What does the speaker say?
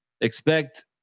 Expect